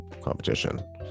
competition